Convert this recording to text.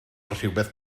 rhywbeth